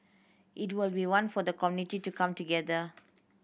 it will be one for the community to come together